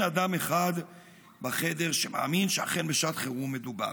אדם אחד בחדר שמאמין שאכן בשעת חירום מדובר.